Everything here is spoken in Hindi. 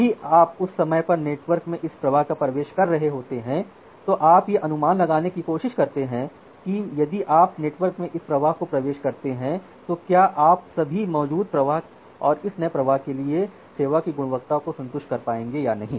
जब भी आप उस समय पर नेटवर्क में इस प्रवाह को प्रवेश कर रहे होते हैं तो आप यह अनुमान लगाने की कोशिश करते हैं कि यदि आप नेटवर्क में इस प्रवाह को प्रवेश करते हैं तो क्या आप सभी मौजूदा प्रवाह और इस नए प्रवाह के लिए सेवा की गुणवत्ता को संतुष्ट कर पाएंगे या नहीं